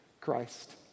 Christ